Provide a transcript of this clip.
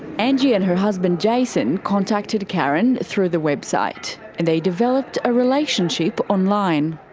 angie and her husband jason contacted karen through the website, and they developed a relationship online.